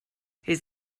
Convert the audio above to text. his